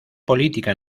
política